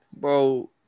bro